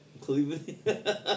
Cleveland